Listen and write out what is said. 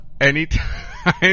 anytime